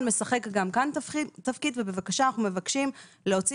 משחק גם כאן תפקיד ובבקשה אנחנו מבקשים להוציא